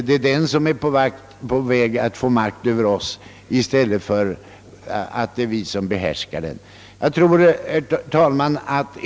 I stället för att vi borde behärska trafiken är denna nu på väg att få makt över oss.